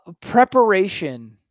Preparation